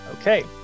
Okay